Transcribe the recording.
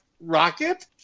rocket